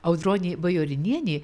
audronė bajorinienė